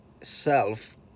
self